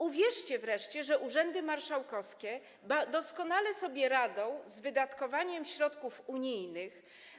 Uwierzcie wreszcie, że urzędy marszałkowskie doskonale radzą sobie z wydatkowaniem środków unijnych.